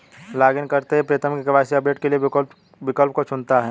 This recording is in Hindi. लॉगइन करते ही प्रीतम के.वाई.सी अपडेट के विकल्प को चुनता है